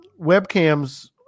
webcams